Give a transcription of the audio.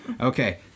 Okay